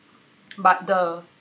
but the